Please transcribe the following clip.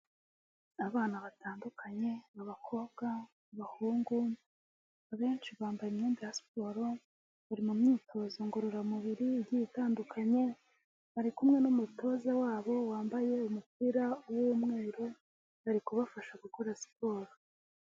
Abana batandukanye, abakobwa, abahungu, abenshi bambaye imyenda ya siporo, bari mu myitozo ngororamubiri igiye itandukanye, bari kumwe n'umutoza wabo wambaye umupira w'umweru, bari kubafasha gukora siporo.